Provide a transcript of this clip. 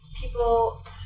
people